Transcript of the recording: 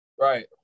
Right